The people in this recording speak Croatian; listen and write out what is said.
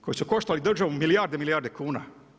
Koji su koštali državu milijarde i milijarde kuna.